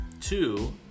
Two